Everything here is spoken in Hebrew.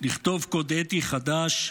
לכתוב קוד אתי חדש,